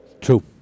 True